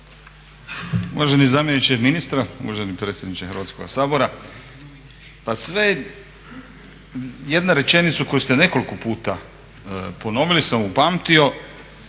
Uvaženi zamjeniče ministra, uvaženi predsjedniče Hrvatskoga sabora pa sve, jednu rečenicu koju ste nekoliko puta ponovili sam upamtio,